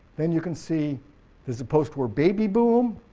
then you can see there's a post war baby boom,